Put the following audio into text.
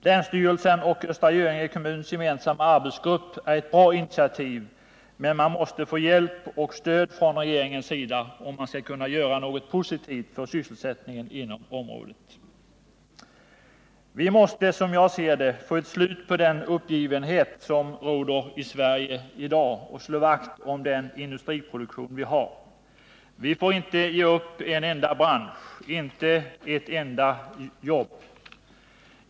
Länsstyrelsens och Östra Göinge kommuns gemensamma arbetsgrupp är ett bra initiativ, men man måste få hjälp och stöd från regeringen om man skall kunna göra något positivt för sysselsättningen inom området. Vi måste, som jag ser det, få ett slut på den uppgivenhet som råder i Sverige i dag och slå vakt om den industriproduktion vi har. Vi får inte ge upp en enda bransch, inte ett enda jobb.